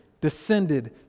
descended